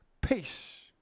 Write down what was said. peace